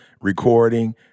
recording